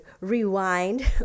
rewind